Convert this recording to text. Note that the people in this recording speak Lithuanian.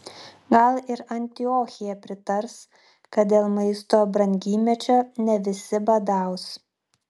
gal ir antiochija pritars kad dėl maisto brangymečio ne visi badaus